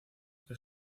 que